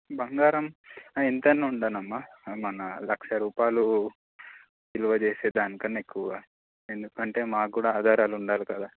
బంగారం ఎంతైనా ఉండనమ్మా మన లక్ష రూపాలు విలువ చేేసే దానికన్నా ఎక్కువ ఎందుకంటే మాకు కూడా ఆధారాలు ఉండాలి కదా